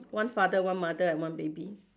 one father one mother and one baby